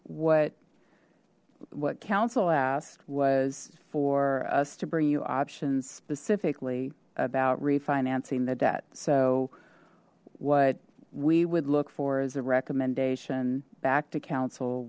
what what council asked was for us to bring you options specifically about refinancing the debt so what we would look for is a recommendation back to coun